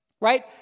right